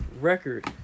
record